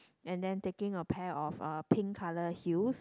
and then taking a pair of uh pink color heels